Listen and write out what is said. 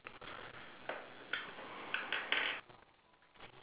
because mine is not